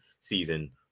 season